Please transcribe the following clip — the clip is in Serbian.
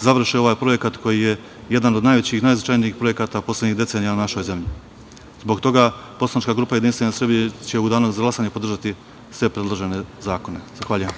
završe ovaj projekat koji je jedan od najvećih i najznačajnijih projekata poslednjih decenija u našoj zemlji. Zbog toga će poslanička grupa JS u danu za glasanje podržati sve predložene zakone. Zahvaljujem.